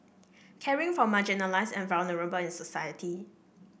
caring for marginalised and vulnerable in society